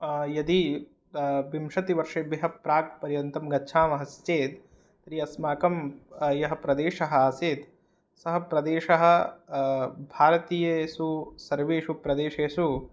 यदि विंशतिवर्षेभ्यः प्राक् पर्यन्तं गच्छामः चेत् तर्हि अस्माकं यः प्रदेशः आसीत् सः प्रदेशः भारतीयेषु सर्वेषु प्रदेशेषु